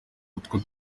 utwo